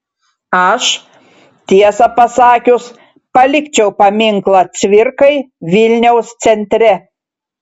aš tiesą pasakius palikčiau paminklą cvirkai vilniaus centre